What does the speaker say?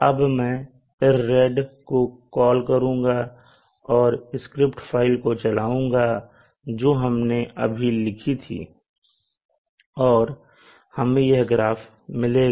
अब मैं irrad को कॉल करूंगा और स्क्रिप्ट फाइल को चलाऊँगा जो हमने अभी लिखी है और हमें यह ग्राफ मिलेगा